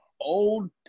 old